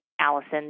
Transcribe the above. Allison